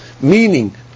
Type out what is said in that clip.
Meaning